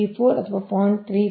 34 ಅಥವಾ 0